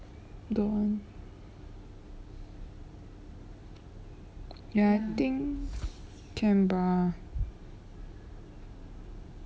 don't want ya I think can bah